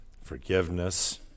forgiveness